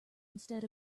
instead